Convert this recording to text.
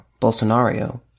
Bolsonaro